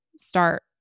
start